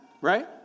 Right